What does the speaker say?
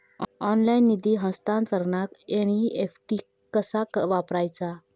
Online निधी हस्तांतरणाक NEFT कसा वापरायचा?